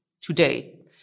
today